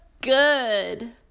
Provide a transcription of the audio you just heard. good